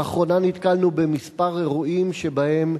לאחרונה נתקלנו בכמה אירועים שבהם,